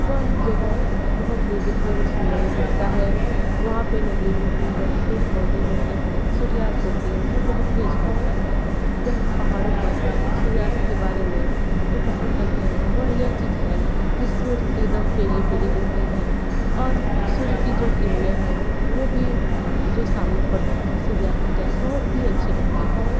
वह जगह बहुत ही दिखने में सुंदर भी दिखता है वहाँ पे नदी होती है पेड़ पौधे होते हैं सूर्यास्त होती है हमें बहुत ही अच्छा लगता है जहाँ हम पहाड़ों पर सूर्यास्त के बारे में जो पसंद करते हैं वह यह चीज़ है की सूर्य एकदम पीली पीली दिखती है और सूर्य की जो किरणे हैं वो भी जो सामने पड़ती हैं सूर्यास्त के टाइम बहुत ही अच्छी लगती हैं